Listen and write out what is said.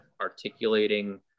articulating